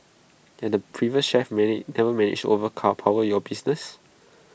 and the previous chef many never managed to overpower your business